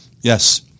yes